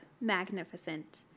magnificent